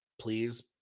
please